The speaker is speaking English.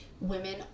women